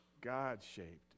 God-shaped